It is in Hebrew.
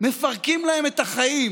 מפרקים להם את החיים